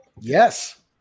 Yes